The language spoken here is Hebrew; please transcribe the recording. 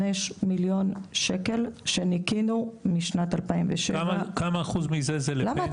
מיליון שקלים שניכינו משנת 2007. כמה אחוז מזה זה לפנסיה?